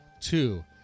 two